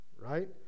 right